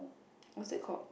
what's that called